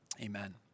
Amen